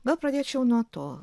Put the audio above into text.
gal pradėčiau nuo to